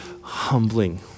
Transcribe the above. humbling